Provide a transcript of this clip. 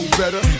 better